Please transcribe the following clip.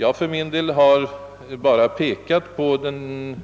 Jag för min del har bara pekat på den